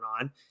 on